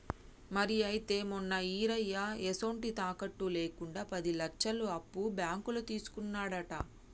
మరి అయితే మొన్న ఈరయ్య ఎసొంటి తాకట్టు లేకుండా పది లచ్చలు అప్పు బాంకులో తీసుకున్నాడట